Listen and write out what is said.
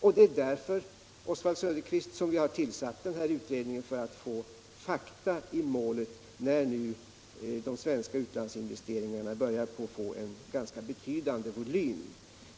Vi har tillsatt den här utredningen, Oswald Söderqvist, för att få fakta I målet, när nu de svenska utlandsinvesteringarna börjar få en ganska betydande volym.